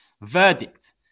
Verdict